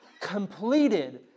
completed